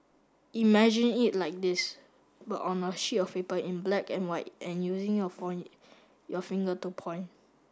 imagine it like this but on a sheet of paper in black and white and using your your finger to point